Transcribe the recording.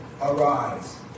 arise